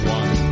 one